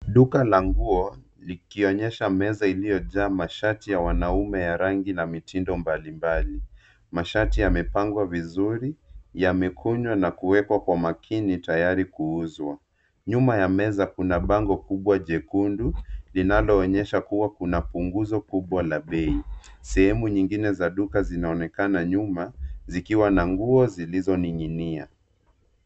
Duka la nguo likionyesha meza iliyojaa mashati ya wanaume ya rangi na mitindo mbalimbali. Mashati yamepangwa vizuri, yamekunjwa na kuwekwa kwa makini tayari kuuzwa. Nyuma ya meza kuna bango kubwa jekundu linaloonyesha kuwa kuna punguzo kubwa la bei. Sehemu nyingine za duka zinaonekana nyuma zikiwa na nguo zilizoning'inia.